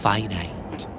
Finite